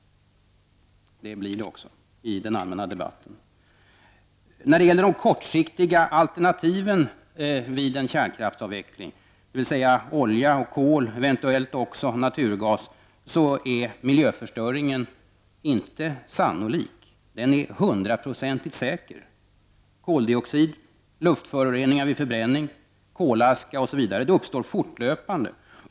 Det blir det också i den allmänna debatten. När det gäller de kortsiktiga alternativen vid en kärnkraftsavveckling, dvs. olja och kol, eventuellt också naturgas, så är miljöförstöringen inte sannolik, den är hundraprocentigt säker. Koldioxid, luftföroreningar vid förbränning, kolaska osv. uppstår fortlöpande.